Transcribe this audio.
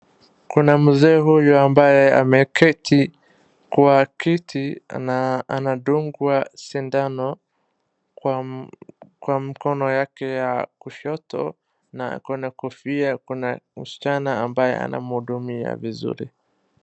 Kuna mzee huyu ambaye ameketi kwa kiti na anadungwa sindano kwa mkono yake ya kushoto na ako na kofia kuna msichana ambaye anamhudumia vizuri.